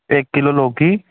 एक किलो लोकी